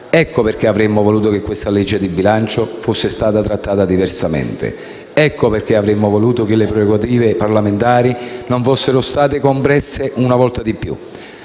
Ecco perché avremmo voluto che questa legge di bilancio fosse stata trattata diversamente. Ecco perché avremmo voluto che le prerogative parlamentari non fossero state compresse una volta di più.